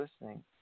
listening –